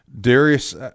Darius